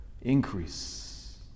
increase